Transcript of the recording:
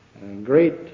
great